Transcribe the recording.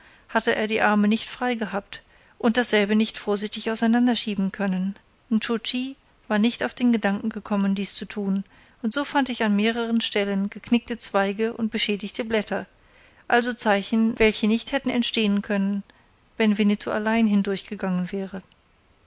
hatte er die arme nicht frei gehabt und dasselbe nicht vorsichtig auseinander schieben können nscho tschi war nicht auf den gedanken gekommen dies zu tun und so fand ich an mehreren stellen geknickte zweige und beschädigte blätter also zeichen welche nicht hätten entstehen können wenn winnetou allein hindurchgegangen wäre